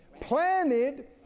planted